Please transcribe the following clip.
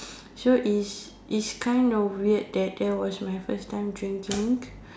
so it's it's kind of weird that that was my first time drinking